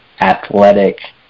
athletic